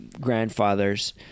grandfathers